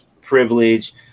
privilege